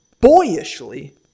boyishly